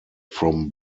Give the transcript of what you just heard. from